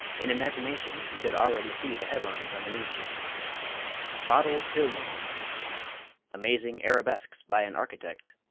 in imagination he could already see the headlines on the news-sheets bottled billions amazing arabesques by an architect